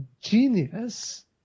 genius